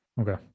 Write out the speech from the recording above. Okay